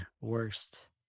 worst